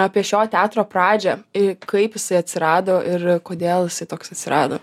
apie šio teatro pradžią ir kaip jisai atsirado ir kodėl jisai toks atsirado